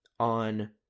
on